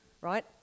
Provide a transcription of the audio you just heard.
right